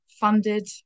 funded